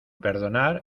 perdonar